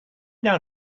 down